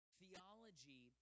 Theology